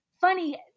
funny